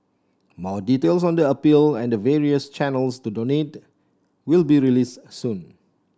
more details on the appeal and the various channels to donate will be released soon